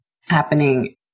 happening